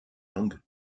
langue